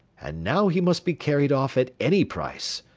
and now he must be carried off at any price,